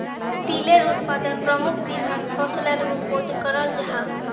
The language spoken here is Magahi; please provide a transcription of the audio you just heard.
तिलेर उत्पादन प्रमुख तिलहन फसलेर रूपोत कराल जाहा